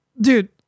dude